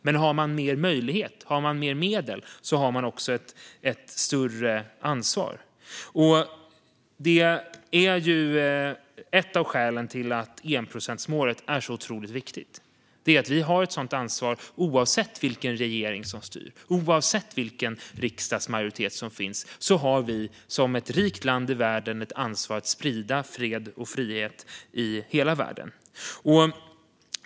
Men har man större möjlighet och mer medel har man också ett större ansvar. Detta är ett av skälen till att enprocentsmålet är så otroligt viktigt. Vi har, oavsett vilken regering som styr och vilken riksdagsmajoritet som finns, som ett rikt land i världen ett ansvar att sprida fred och frihet i hela världen.